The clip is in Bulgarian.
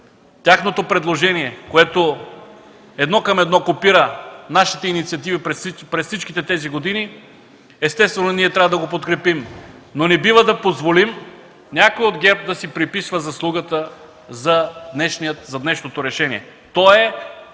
тяхното предложение, което едно към едно копира нашата инициатива през всичките тези години, естествено ние трябва да го подкрепим, но не бива да позволим някой от ГЕРБ да си приписва заслугата за днешното решение.